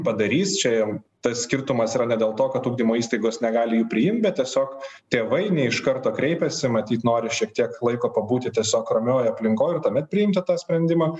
padarys čia tas skirtumas yra ne dėl to kad ugdymo įstaigos negali jų priimt bet tiesiog tėvai ne iš karto kreipiasi matyt nori šiek tiek laiko pabūti tiesiog ramioj aplinkoj ir tuomet priimti tą sprendimą